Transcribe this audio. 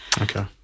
Okay